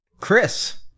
Chris